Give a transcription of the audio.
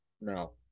No